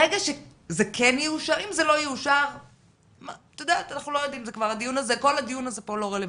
אם זה לא יאושר כל הדיון הזה כבר לא רלוונטי.